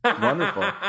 Wonderful